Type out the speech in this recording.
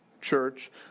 church